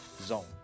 zone